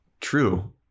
True